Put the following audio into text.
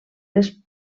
les